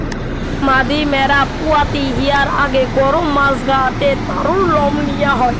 মাদি ম্যাড়া পুয়াতি হিয়ার আগে গরম মাস গা তে তারুর লম নিয়া হয়